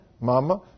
Mama